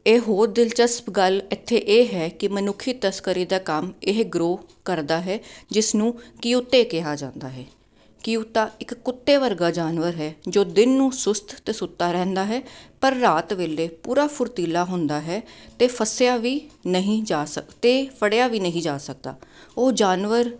ਇਹ ਹੋਰ ਦਿਲਚਸਪ ਗੱਲ ਇੱਥੇ ਇਹ ਹੈ ਕਿ ਮਨੁੱਖੀ ਤਸਕਰੀ ਦਾ ਕੰਮ ਇਹ ਗਰੋਹ ਕਰਦਾ ਹੈ ਜਿਸ ਨੂੰ ਕਿਊਤੇ ਕਿਹਾ ਜਾਂਦਾ ਹੈ ਕਿਊਤਾ ਇੱਕ ਕੁੱਤੇ ਵਰਗਾ ਜਾਨਵਰ ਹੈ ਜੋ ਦਿਨ ਨੂੰ ਸੁਸਤ ਅਤੇ ਸੁੱਤਾ ਰਹਿੰਦਾ ਹੈ ਪਰ ਰਾਤ ਵੇਲੇ ਪੂਰਾ ਫੁਰਤੀਲਾ ਹੁੰਦਾ ਹੈ ਅਤੇ ਫਸਿਆ ਵੀ ਨਹੀਂ ਜਾ ਅਤੇ ਫੜਿਆ ਵੀ ਨਹੀਂ ਜਾ ਸਕਦਾ ਉਹ ਜਾਨਵਰ